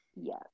Yes